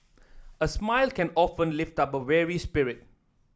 a smile can often lift up a weary spirit